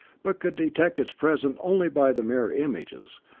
but could detect its presence only by the mirror images,